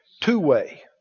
Two-way